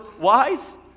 wise